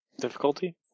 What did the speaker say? Difficulty